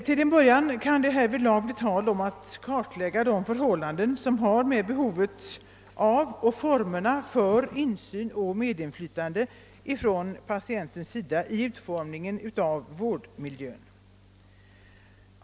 Till en början kan det härvidlag bli tal om att kartlägga de förhållanden som har att göra med behovet av och formerna för insyn och medinflytande för patienterna i utformningen av vårdmiljön.